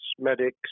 medics